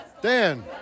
Dan